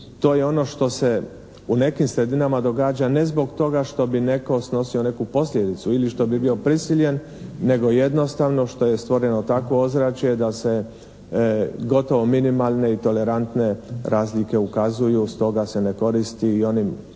To je ono što se u nekim sredinama događa ne zbog toga što bi netko snosio neku posljedicu ili što bi bio prisiljen nego jednostavno što je stvoreno takvo ozračje da se gotovo minimalne i tolerantne razlike ukazuju, stoga se ne koristi i onim